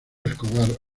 escobar